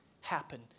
happen